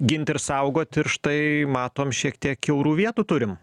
gint ir saugot ir štai matom šiek tiek kiaurų vietų turim